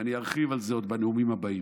ואני ארחיב על זה עוד בנאומים הבאים,